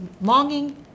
longing